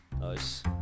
Nice